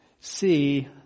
See